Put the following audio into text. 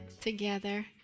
together